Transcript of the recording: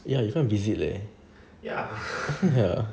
ya you can't visit leh